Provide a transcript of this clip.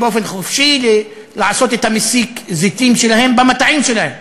לעשות באופן חופשי את מסיק הזיתים שלהם במטעים שלהם.